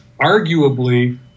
arguably